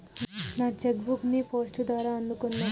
నా cheque book ని post ద్వారా అందుకున్నా